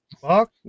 fuck